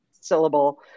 syllable